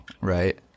Right